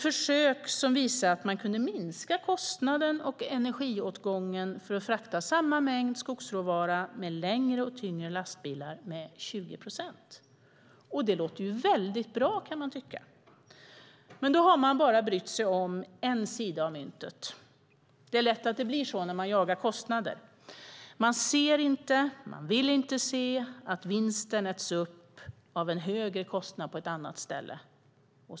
Försöket visade att man kunde minska kostnaden och energiåtgången för att frakta samma mängd skogsråvara med längre och tyngre lastbilar med 20 procent. Det låter ju väldigt bra kan man tycka. Men då har man bara brytt sig om en sida av myntet. Det är lätt att det blir så när man jagar kostnader - man ser inte, vill inte se, att vinsten äts upp av en högre kostnad på ett annat ställe.